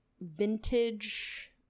vintage